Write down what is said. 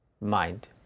mind